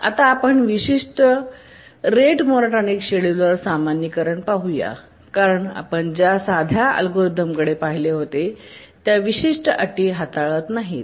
आता आपण विशिष्ट रेट मोनोटॉनिक शेड्यूलर सामान्यीकरण पाहू या कारण आपण ज्या साध्या अल्गोरिदमकडे पाहिले होते त्या विशिष्ट अटी हाताळत नाहीत